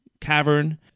cavern